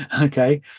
okay